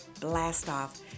Blast-Off